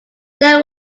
there